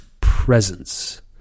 presence